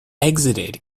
exited